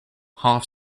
half